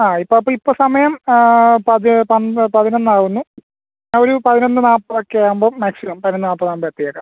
ആ ഇപ്പോൾ അപ്പോൾ ഇപ്പോൾ സമയം പതി പന്ത്രണ്ട് പതിനൊന്നാവുന്നു ആ ഒരു പതിനൊന്ന് നാൽപ്പതൊക്കെ ആകുമ്പം മാക്സിമം പതിനൊന്ന് നാൽപ്പതാവുമ്പോൾ എത്തിയേക്കാം